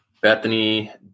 Bethany